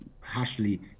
harshly